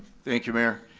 thank you mayor.